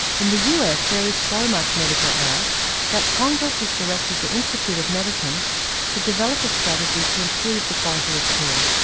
in the us there is so much medical error that congress has directed the institute of medicine to develop a strategy to improve the quality of care.